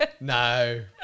No